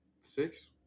six